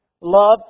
Love